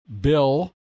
Bill